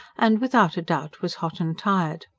and without a doubt was hot and tired.